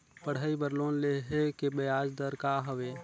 पढ़ाई बर लोन लेहे के ब्याज दर का हवे?